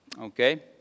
Okay